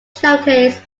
showcase